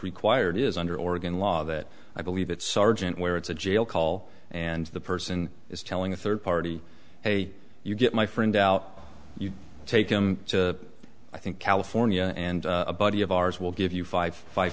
required is under oregon law that i believe that sergeant where it's a jail call and the person is telling a third party hey you get my friend out you take him to i think california and a buddy of ours will give you five five